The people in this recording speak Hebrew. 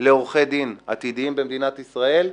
לעורכי דין עתידיים במדינת ישראל,